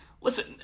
listen